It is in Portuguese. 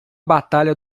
batalha